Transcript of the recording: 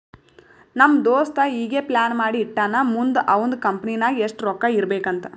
ನಮ್ ದೋಸ್ತ ಈಗೆ ಪ್ಲಾನ್ ಮಾಡಿ ಇಟ್ಟಾನ್ ಮುಂದ್ ಅವಂದ್ ಕಂಪನಿ ನಾಗ್ ಎಷ್ಟ ರೊಕ್ಕಾ ಇರ್ಬೇಕ್ ಅಂತ್